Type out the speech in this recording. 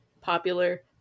popular